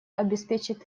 обеспечат